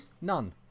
none